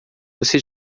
você